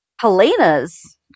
Helena's